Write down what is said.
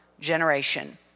generation